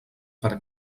per